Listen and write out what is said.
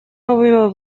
новыми